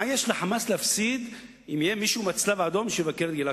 מה יש ל"חמאס" להפסיד אם יהיה מישהו מהצלב-האדום שיבקר את גלעד